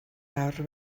awr